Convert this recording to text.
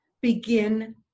begin